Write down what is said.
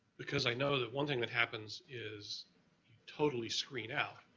because i know that one thing that happens is totally screened out.